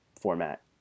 format